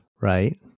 Right